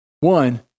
One